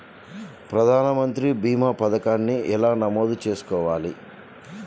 ప్రధాన మంత్రి భీమా పతకాన్ని ఎలా నమోదు చేసుకోవాలి?